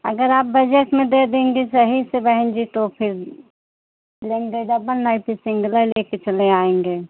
अगर आप बजट में दे देंगी सही से बहन जी तो फिर लेंगे तो अपन नाहीं फिर सिंगलै ले कर चले आएँगे